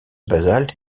basalte